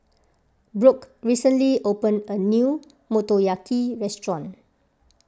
Brooke recently opened a new Motoyaki restaurant